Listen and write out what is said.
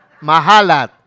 Mahalat